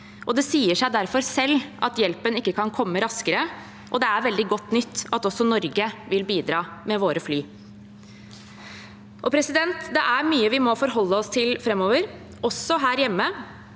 det sier seg derfor selv at hjelpen ikke kan komme raskere. Det er veldig godt nytt at også Norge vil bidra med våre fly. Det er mye vi må forholde oss til framover, også her hjemme.